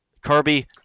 Kirby